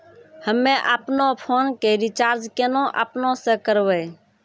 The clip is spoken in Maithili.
हम्मे आपनौ फोन के रीचार्ज केना आपनौ से करवै?